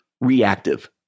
reactive